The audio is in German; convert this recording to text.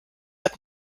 hat